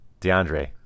DeAndre